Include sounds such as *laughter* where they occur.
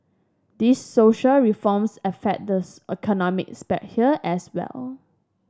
these social reforms affect this economic *unintelligible* as well